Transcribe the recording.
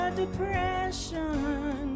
depression